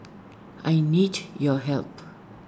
I need your help